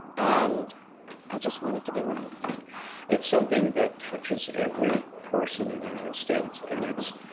and i just want it to be right it's something that touches every person in the united states and it's